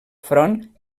front